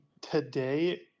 today